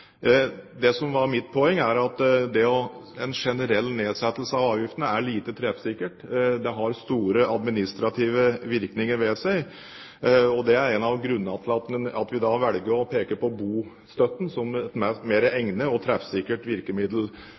Det som var mitt poeng, er at en generell nedsettelse av avgiftene er lite treffsikkert. Det har store administrative virkninger ved seg, og det er en av grunnene til at vi velger å peke på bostøtten som et mer egnet og treffsikkert virkemiddel.